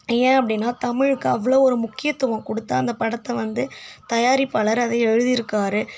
ஏன் அப்படினா தமிழுக்கு அவ்வளோ ஒரு முக்கியத்துவம் கொடுத்து அந்த படத்தை வந்து தயாரிப்பாளர் அதை எழுதிருக்கார்